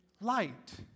light